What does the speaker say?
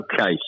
Okay